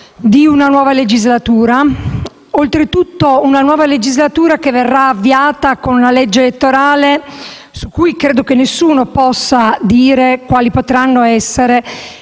di una nuova legislatura. Oltretutto, una nuova legislatura che verrà avviata con una legge elettorale di cui nessuno può dire quali potranno essere